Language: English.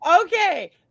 Okay